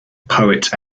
poet